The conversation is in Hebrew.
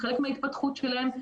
הם חלק מההתפתחות שלהם,